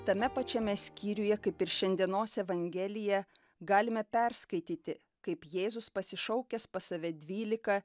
tame pačiame skyriuje kaip ir šiandienos evangelija galime perskaityti kaip jėzus pasišaukęs pas save dvylika